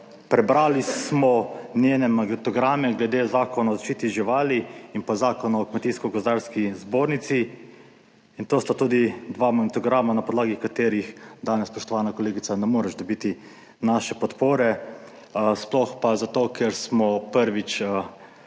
prebrali smo njene magnetograme glede Zakona o zaščiti živali in pa Zakona o Kmetijsko-gozdarski zbornici in to sta tudi dva magnetograma, na podlagi katerih danes, spoštovana kolegica, ne moreš dobiti naše podpore. Sploh pa zato, ker smo, prvič,